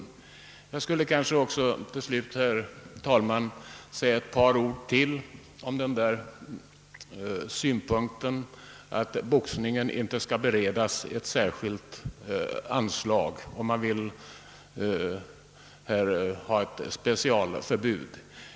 Till slut, herr talman, vill jag säga ytterligare några ord om synpunkten att boxningen inte skall få något anslag, att man alltså skall ha ett specialförbud.